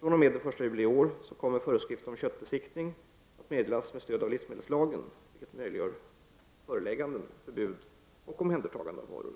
fr.o.m. den 1 juli i år kommer föreskrifter om köttbesiktning att meddelas med stöd av livsmedelslagen, vilket möjliggör förelägganden, förbud och omhändertagande av varor.